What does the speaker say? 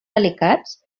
delicats